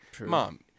mom